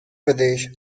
pradesh